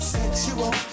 Sexual